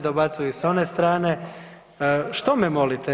Dobacuju i s one strane. … [[Upadica se ne razumije.]] Što me molite?